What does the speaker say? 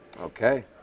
okay